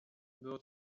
było